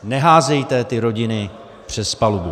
Neházejte ty rodiny přes palubu.